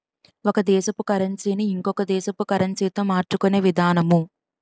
ఒక దేశపు కరన్సీ ని ఇంకొక దేశపు కరెన్సీతో మార్చుకునే విధానము